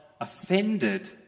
offended